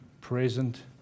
present